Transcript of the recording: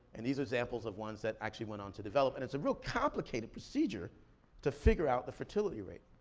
and these are samples of ones that actually went on to develop, and it's a real complicated procedure to figure out the fertility rate.